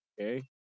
okay